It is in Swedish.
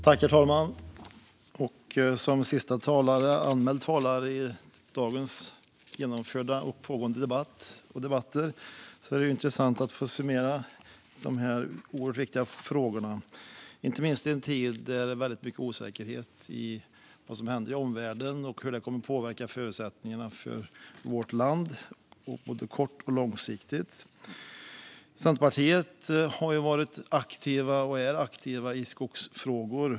Herr talman! Som sista anmälda talare i dagens genomförda och pågående debatter är det intressant att få summera dessa oerhört viktiga frågor, inte minst i en tid när det är väldigt osäkert vad som händer i omvärlden och hur det kommer att påverka förutsättningarna för vårt land på både kort och lång sikt. Centerpartiet har varit och är aktivt i skogsfrågor.